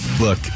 look